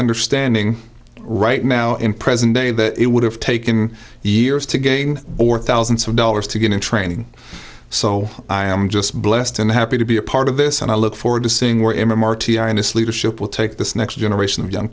understanding right now in present day that it would have taken years to gain or thousands of dollars to get in training so i am just blessed and happy to be a part of this and i look forward to seeing where him r t i and his leadership will take this next generation of young